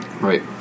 Right